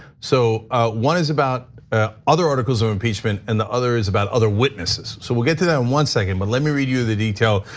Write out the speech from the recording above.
so one is about other articles of impeachment and the other is about other witnesses. so we'll get to that that in one second, but let me read you the detail.